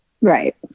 Right